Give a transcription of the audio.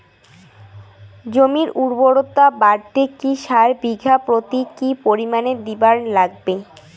জমির উর্বরতা বাড়াইতে কি সার বিঘা প্রতি কি পরিমাণে দিবার লাগবে?